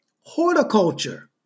horticulture